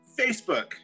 Facebook